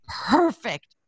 perfect